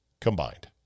Combined